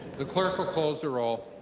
the clerk will close the roll.